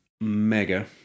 mega